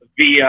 via